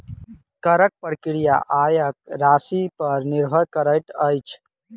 करक प्रक्रिया आयक राशिपर निर्भर करैत अछि